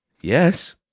Yes